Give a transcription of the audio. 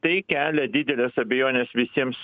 tai kelia dideles abejones visiems